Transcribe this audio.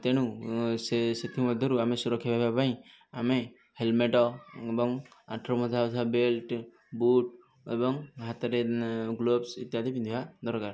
ତେଣୁ ସେ ସେଥିମଧ୍ୟରୁ ଆମେ ସୁରକ୍ଷା ପାଇବା ପାଇଁ ଆମେ ହେଲମେଟ ଏବଂ ଆଣ୍ଠୁରେ ବନ୍ଧା ଯାଉଥିବା ବେଲ୍ଟ ବୁଟ୍ ଏବଂ ହାତରେ ଗ୍ଲୋବସ୍ ଇତ୍ୟାଦି ପିନ୍ଧିବା ଦରକାର